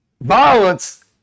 violence